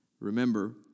Remember